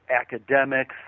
academics